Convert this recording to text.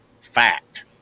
fact